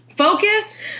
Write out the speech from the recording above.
focus